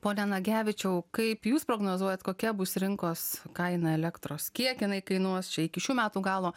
pone nagevičiau kaip jūs prognozuojat kokia bus rinkos kaina elektros kiek jinai kainuos čia iki šių metų galo